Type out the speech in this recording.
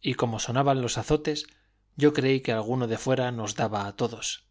y como sonaban los azotes yo creí que alguno de fuera nos daba a todos